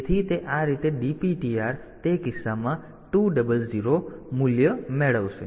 તેથી તે રીતે આ DPTR તે કિસ્સામાં 200 મૂલ્ય મેળવશે